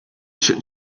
should